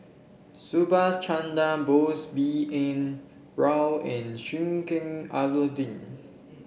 Subhas Chandra Bose B N Rao and Sheik Alau'ddin